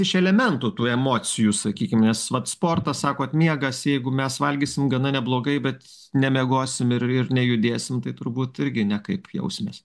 iš elementų tų emocijų sakykim nes vat sportas sakot miegas jeigu mes valgysim gana neblogai bet nemiegosim ir ir nejudėsim tai turbūt irgi nekaip jausimės